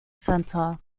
centre